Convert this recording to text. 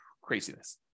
Craziness